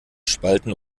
spalten